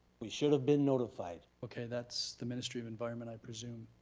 we should have been notified. okay, that's the ministry of environment i presume.